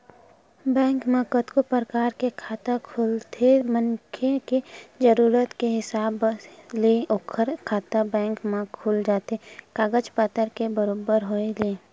bank म कतको परकार के खाता खुलथे मनखे के जरुरत के हिसाब ले ओखर खाता बेंक म खुल जाथे कागज पतर के बरोबर होय ले